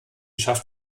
schafft